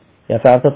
याचा अर्थ काय